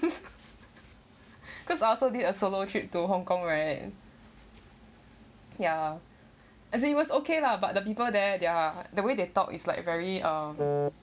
cause I also did a solo trip to hong kong right ya as he was okay lah but the people there they are the way they talk is like very uh